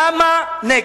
למה נגד?